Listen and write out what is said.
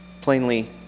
Plainly